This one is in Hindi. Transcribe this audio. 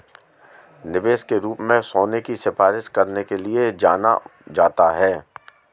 निवेश के रूप में सोने की सिफारिश करने के लिए जाना जाता है